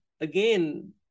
again